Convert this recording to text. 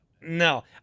No